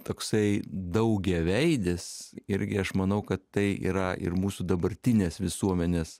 toksai daugiaveidis irgi aš manau kad tai yra ir mūsų dabartinės visuomenės